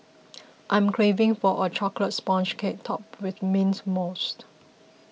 I am craving for a Chocolate Sponge Cake Topped with Mint Mousse